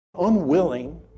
Unwilling